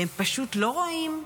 והם פשוט לא רואים,